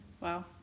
Wow